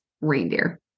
reindeer